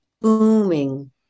booming